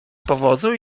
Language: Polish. powozu